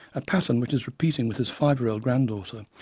a pattern which is repeating with his five year old grand-daughter,